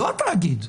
לא התאגיד.